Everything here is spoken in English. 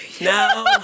Now